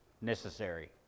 necessary